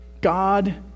God